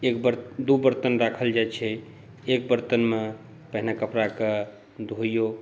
एक बर्तन दू बर्तन राखल जाइ छै एक बर्तनमे पहिने कपडाके धोइऔ